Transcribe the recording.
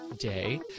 day